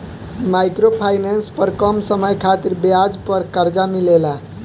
micro finance पर कम समय खातिर ब्याज पर कर्जा मिलेला